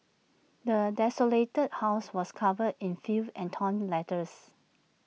the desolated house was covered in filth and torn letters